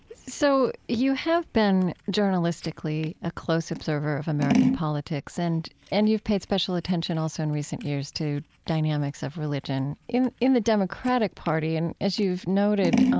so you have been journalistically a close observer of american politics, and and you've paid special attention also in recent years to dynamics of religion. in in the democratic party and as you've noted,